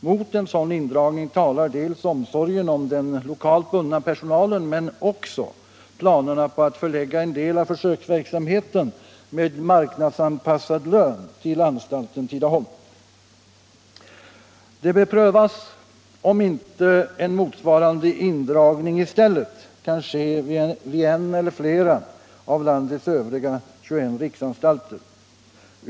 Mot en sådan indragning talar omsorgen om den lokalt bundna personalen men också planerna på att förlägga en del av försöksverksamheten med marknadsanpassad lön till anstalten Tidaholm. Det bör prövas om inte en motsvarande indragning i stället kan göras vid en eller flera av övriga 21 riksanstalter.